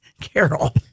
Carol